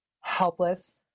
helpless